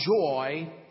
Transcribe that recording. joy